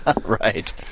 Right